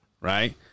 right